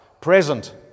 Present